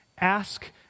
Ask